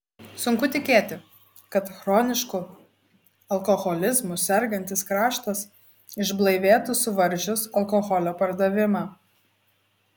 sunku tikėti kad chronišku alkoholizmu sergantis kraštas išblaivėtų suvaržius alkoholio pardavimą